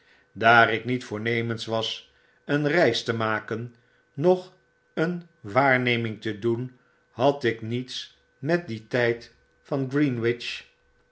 daar ik niet voornemens was een reis te maken noch een waarnemingte doen had ik niets met dien tyd van greenwich